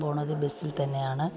പോകുന്നത് ബസ്സിൽ തന്നെയാണ്